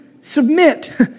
submit